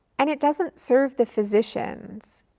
and it doesn't serve the physicians.